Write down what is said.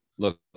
Look